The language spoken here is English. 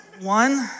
one